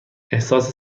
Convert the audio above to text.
احساس